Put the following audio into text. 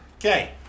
okay